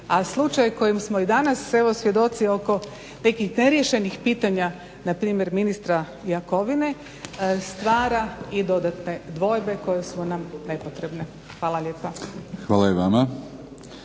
A slučaj kojem smo i danas svjedoci oko nekih neriješenih pitanja npr. ministra Jakovine, stvara i dodatne dvojbe koje su nam nepotrebne. Hvala lijepa. **Batinić,